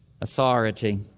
authority